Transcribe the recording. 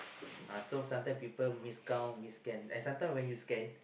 uh so sometime people miscount miss scan and sometime when you scan